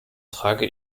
trage